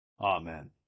Amen